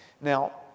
now